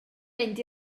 mynd